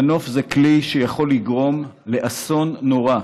מנוף זה כלי שיכול לגרום לאסון נורא.